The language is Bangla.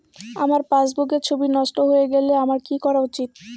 আমার পাসবুকের ছবি নষ্ট হয়ে গেলে আমার কী করা উচিৎ?